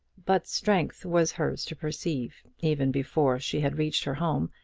but strength was hers to perceive, even before she had reached her home,